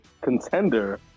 contender